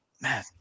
Man